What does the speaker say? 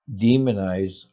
demonize